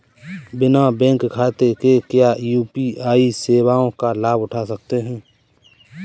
बिना बैंक खाते के क्या यू.पी.आई सेवाओं का लाभ उठा सकते हैं?